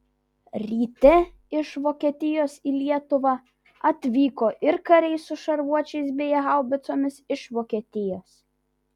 ryte iš vokietijos į lietuvą atvyko ir kariai su šarvuočiais bei haubicomis iš vokietijos